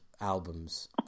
albums